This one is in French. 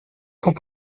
quand